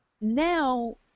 Now